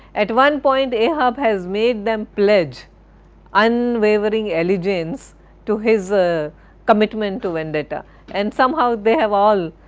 at one point ahab has made them pledge unwavering allegiance to his ah commitment to vendetta and somehow they have all,